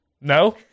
No